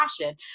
passion